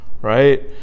right